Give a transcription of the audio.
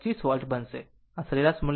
625 volt બનશે આ સરેરાશ મૂલ્ય હશે